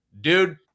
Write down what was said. Dude